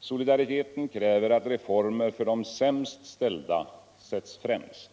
Solidariteten kräver att reformer för de sämst ställda sätts främst.